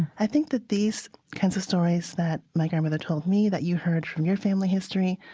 i think that these kinds of stories that my grandmother told me, that you heard from your family history,